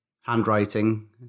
handwriting